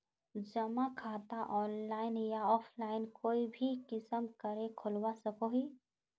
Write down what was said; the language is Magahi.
जमा खाता ऑनलाइन या ऑफलाइन कोई भी किसम करे खोलवा सकोहो ही?